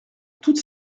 toutes